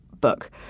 book